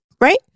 right